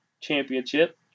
championship